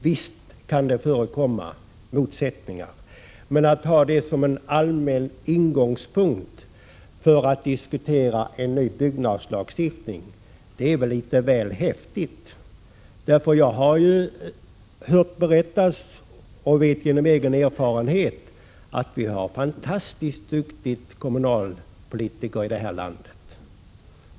Visst kan det förekomma motsättningar, men att ha det som en allmän utgångspunkt för att diskutera en ny byggnadslagstiftning är väl litet häftigt. Jag har hört berättas och vet av egen erfarenhet att vi har fantastiskt duktiga kommunalpolitiker i det här landet!